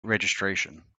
registration